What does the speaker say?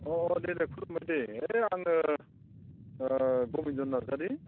अह दे दे खुलुमबाय दे हे आङो ओह गबिन्द नार्जारी